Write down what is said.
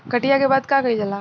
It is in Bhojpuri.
कटिया के बाद का कइल जाला?